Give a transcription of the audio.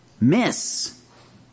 miss